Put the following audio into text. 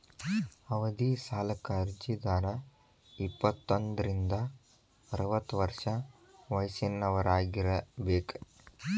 ಅವಧಿ ಸಾಲಕ್ಕ ಅರ್ಜಿದಾರ ಇಪ್ಪತ್ತೋಂದ್ರಿಂದ ಅರವತ್ತ ವರ್ಷ ವಯಸ್ಸಿನವರಾಗಿರಬೇಕ